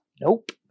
Nope